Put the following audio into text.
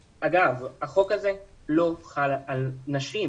אגב, החוק הזה לא חל על נשים.